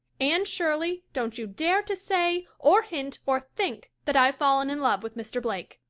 anne shirley, don't you dare to say or hint or think that i've fallen in love with mr. blake.